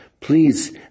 Please